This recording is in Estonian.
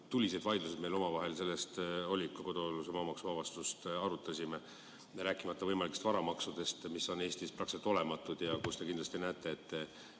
tuliseid vaidlusi meil omavahel oli, kui me kodualuse maa maksuvabastust arutasime. Rääkimata võimalikest varamaksudest, mis on Eestis praktiliselt olematud. Teie kindlasti näete, et